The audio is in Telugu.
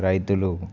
రైతులు